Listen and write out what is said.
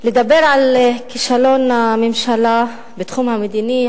לדבר על כישלון הממשלה בתחום המדיני,